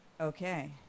Okay